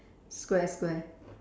square square